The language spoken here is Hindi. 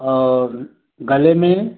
और गले में